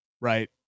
right